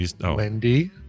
Wendy